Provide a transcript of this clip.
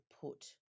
put